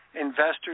investors